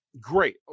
great